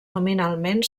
nominalment